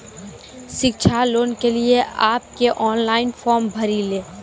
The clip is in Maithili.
शिक्षा लोन के लिए आप के ऑनलाइन फॉर्म भरी ले?